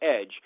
EDGE